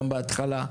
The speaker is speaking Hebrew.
גם בהתחלה,